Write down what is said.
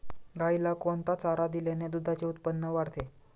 गाईला कोणता चारा दिल्याने दुधाचे उत्पन्न वाढते?